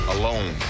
alone